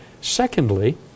Secondly